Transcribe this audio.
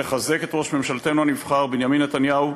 צריך לחזק את ראש ממשלתנו הנבחר בנימין נתניהו,